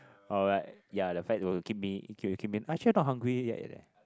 orh right ya the fat will keep me actually I not hungry yet leh